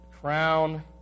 crown